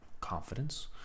confidence